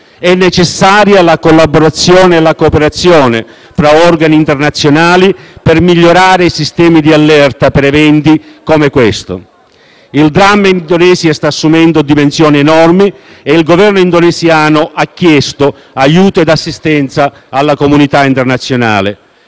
È necessaria la collaborazione e la cooperazione tra gli organi internazionali per migliorare i sistemi di allerta per eventi come questo. Il dramma in Indonesia sta assumendo dimensioni enormi ed il Governo indonesiano ha chiesto aiuto ed assistenza alla comunità internazionale.